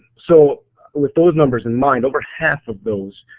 so with those numbers in mind, over half of bills